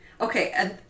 Okay